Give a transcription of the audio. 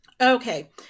Okay